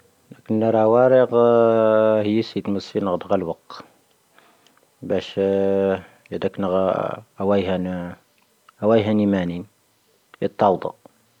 ⵏⴰⵔⴻ ⴰⵡⴰⵔⵉⴽ ⵀⵉⵉⵙⵉⴷ ⵎⵓⵙⵉⵏ' ⵏⴳⴰⴷ ⴳⴰⵍⵡⴰⴽ. ⴱⴰⵙⵀ ⵢⴰⴷⴰⴽ ⵏⴳⴰ ⴰⵡⴰⵉⵀⴰ ⵏⵉⵎⴰⵏⵉⵏ, ⵢⴰⴷ ⵜⴰⵍⴷⴰ.